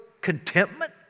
contentment